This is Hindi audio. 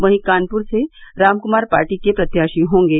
वहीं कानपुर से रामकुमार पार्टी के प्रत्याशी होगें